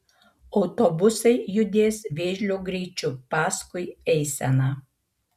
autobusai judės vėžlio greičiu paskui eiseną